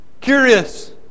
curious